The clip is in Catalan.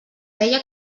deia